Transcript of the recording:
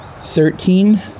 Thirteen